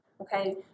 Okay